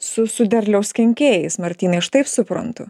su su derliaus kenkėjais martynai aš taip suprantu